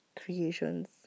creations